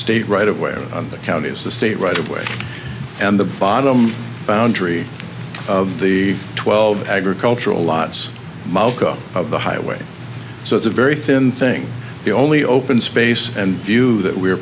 state right of where the county is the state right of way and the bottom boundary of the twelve agricultural lots of the highway so it's a very thin thing the only open space and view that we